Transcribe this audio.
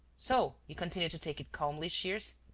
so you continue to take it calmly, shears?